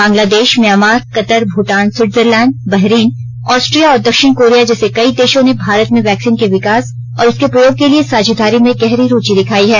Bangladesh Myanmar Qatar Bhutan Switzerland Bahrain Austria और दक्षिण Korea जैसे कई देशों ने भारत में वैक्सीन के विकास और उसके प्रयोग के लिए साझेदारी में गहरी रूचि दिखाई है